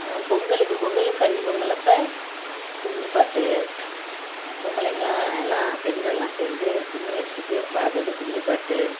பொங்கலுக்கு பொங்கலுக்கு கன்னி பொங்கல் அப்போ கும்மி பாட்டு பொம்பளைங்கலாம் எல்லாம் பெண்கள்லாம் சேர்ந்து கும்மி அடிச்சிட்டு பாட்டுறது கும்மி பாட்டு